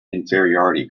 inferiority